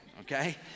Okay